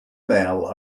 male